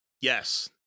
Yes